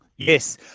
Yes